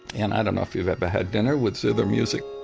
and i don't know if you've ever had dinner with zither music,